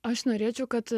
aš norėčiau kad